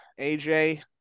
AJ